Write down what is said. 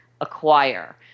acquire